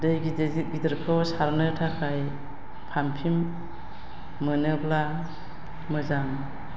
दै गिदिर गिदिरखौ सारनो थाखाय पाम्पिं मोनोब्ला मोजां